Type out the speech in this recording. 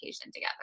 together